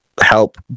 help